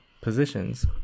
positions